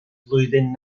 flwyddyn